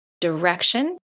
direction